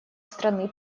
страны